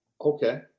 Okay